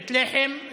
בית לחם,